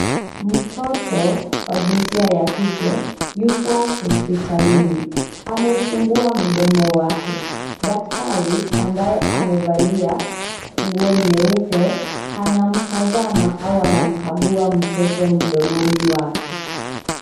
Mtoto wa jinsia ya kike yupo hospitalini. Ameufungua mdomo wake. Daktari ambaye amevalia nguo nyeupe anamtazama au anamkagua mtoto mdomoni wake.